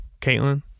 Caitlin